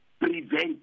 prevent